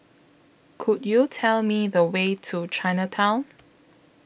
Could YOU Tell Me The Way to Chinatown